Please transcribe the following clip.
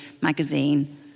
magazine